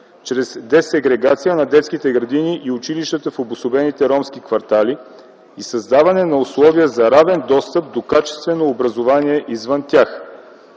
чрез десегрегация на детските градини и училищата в обособените ромски квартали и създаване на условия за равен достъп до качествено образование извън тях;